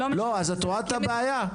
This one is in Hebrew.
אז את רואה את הבעיה?